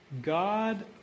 God